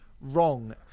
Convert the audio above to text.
wrong